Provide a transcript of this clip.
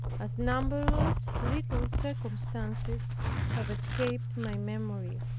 as numberless little circumstances have escaped my memory.